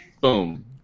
boom